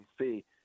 see